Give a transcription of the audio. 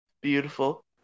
Beautiful